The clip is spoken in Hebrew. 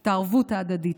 את הערבות ההדדית,